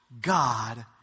God